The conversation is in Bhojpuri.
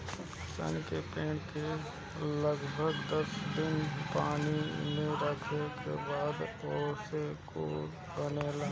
सन के पौधा के लगभग दस दिन पानी में रखले के बाद ओसे कुछू बनेला